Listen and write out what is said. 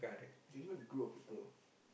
can go with group of people